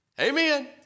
Amen